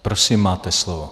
Prosím, máte slovo.